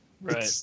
Right